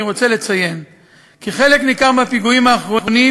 אני רוצה לציין כי חלק ניכר מהפיגועים האחרונים